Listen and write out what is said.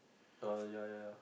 uh ya ya ya